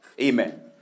Amen